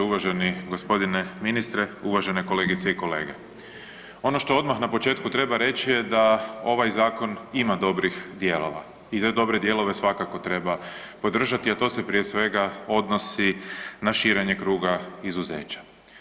Uvaženi gospodine ministre, uvažene kolegice i kolege, ono što odmah na početku treba reći je da ovaj zakon ima dobrih dijelova i te dobre dijelove svakako treba podržati, a to se prije svega odnosi na širenje kruga izuzeća.